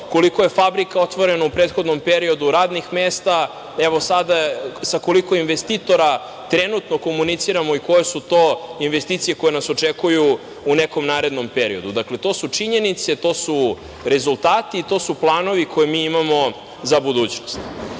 koliko je fabrika otvoreno u prethodnom periodu, radnih mesta, evo, sada, sa koliko investitora trenutno komuniciramo i koje su to investicije koje nas očekuju u narednom periodu. Dakle, to su činjenice, to su rezultati, to su planovi koje mi imamo za budućnost. Sada